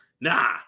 Nah